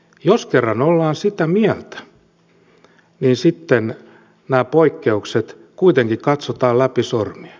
jos kerran ollaan sitä mieltä niin sitten nämä poikkeukset kuitenkin katsotaan läpi sormien